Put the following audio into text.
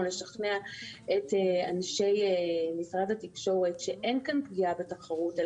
לשכנע את אנשי משרד התקשורת שאין כאן פגיעה בתחרות,